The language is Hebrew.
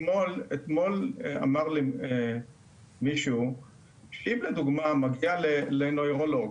אתמול אמר לי מישהו שאם לדוגמה מגיע לנוירולוג